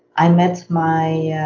i met my yeah